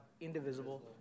indivisible